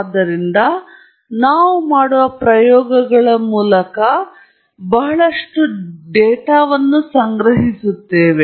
ಆದ್ದರಿಂದ ನಾವು ಮಾಡುವ ಪ್ರಯೋಗಗಳ ಮೂಲಕ ಮತ್ತು ನಾವು ಬಹಳಷ್ಟು ಡೇಟಾವನ್ನು ಸಂಗ್ರಹಿಸುತ್ತೇವೆ